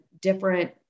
different